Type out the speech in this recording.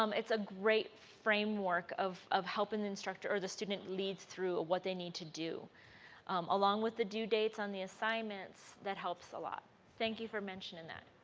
um it's a great framework of of helping the instructor or the student lead through what they need to do along with the due dates on the assignments that helps a lot. thank you for mentioning that.